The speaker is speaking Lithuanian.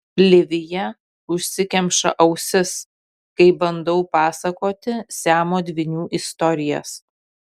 livija užsikemša ausis kai bandau pasakoti siamo dvynių istorijas